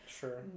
sure